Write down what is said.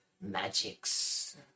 magics